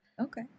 Okay